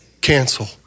cancel